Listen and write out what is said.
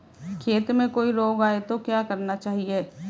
खेत में कोई रोग आये तो क्या करना चाहिए?